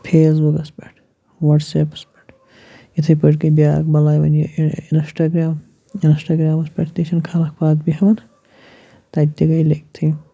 face بُکَس پٮ۪ٹھ وَٹسیپَس پٮ۪ٹھ یِتھَے پٲٹھۍ گٔے بیٛاکھ بَلاے وَنہِ یہِ اِنَسٹاگرٛام اِنَسٹاگرٛامَس پٮ۪ٹھ تہِ چھِنہٕ خلق پَتھ بیٚہوان تَتہِ تہِ گٔے لٔگۍ تھٕے